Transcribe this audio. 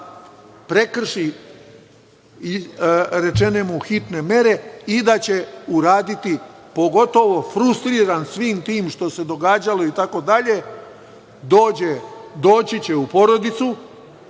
da prekrši izrečene mu hitne mere, i da će uraditi, pogotovo frustriran svim tim što se događalo, itd, doći će u porodicu,